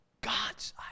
God's